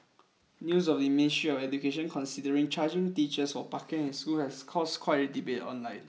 news of the Ministry of Education considering charging teachers for parking in schools has caused quite a debate online